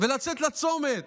ולצאת לצומת